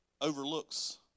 overlooks